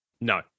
no